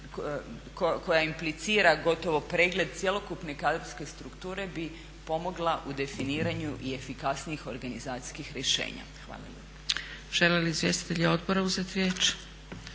koja implicira gotovo pregled cjelokupne kadrovske strukture bi pomogla u definiranju i efikasnijih organizacijskih rješenja. Hvala.